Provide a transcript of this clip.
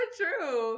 true